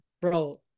bro